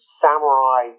samurai